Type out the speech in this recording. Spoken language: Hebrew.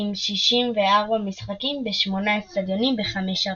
עם 64 משחקים בשמונה אצטדיונים בחמש ערים.